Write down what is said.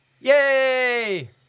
Yay